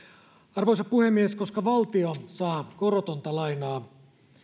arvoisa puhemies koska valtio saa korotonta lainaa